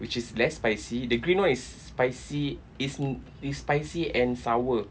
which is less spicy the green one is spicy is is spicy and sour